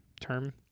Term